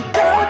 go